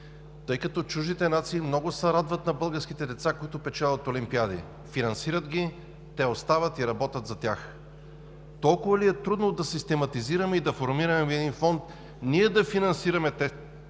Чуждите нации много се радват на българските деца, които печелят олимпиади, финансират ги, те остават и работят за тях. Толкова ли е трудно да систематизираме и да формираме един фонд, с който да финансираме тези